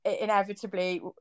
Inevitably